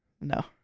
No